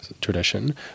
tradition